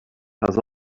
has